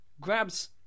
grabs